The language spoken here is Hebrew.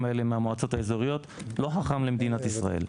האלה מהמועצות האזוריות לא חכם למדינת ישראל.